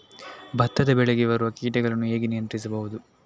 ಭತ್ತದ ಬೆಳೆಗೆ ಬರುವ ಕೀಟಗಳನ್ನು ಹೇಗೆ ನಿಯಂತ್ರಿಸಬಹುದು?